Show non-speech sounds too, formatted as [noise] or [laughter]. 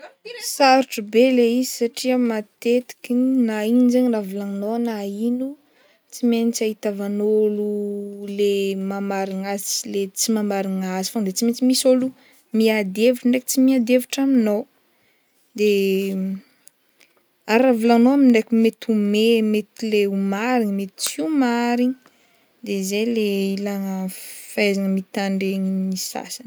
[noise] Sarotro be le izy satria matetiky na ino zegny raha volagninao na ino tsy maintsy ahitavan'ôlo le mahamarigna azy sy le tsy mahamarigna azy fogna de tsy maintsy misy ôlo miady hevitra ndraiky tsy miady hevitra aminao de ary raha volagninao ndraiky mety ho me- mety le ho marigna mety tsy ho marigna de ay le ilagna fahaizana mitandregny ny sasany.